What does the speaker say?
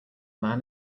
man